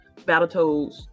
Battletoads